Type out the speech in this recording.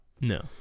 No